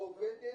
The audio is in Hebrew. העובדת